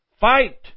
Fight